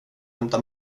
hämta